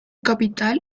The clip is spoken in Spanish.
capital